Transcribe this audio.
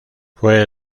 fue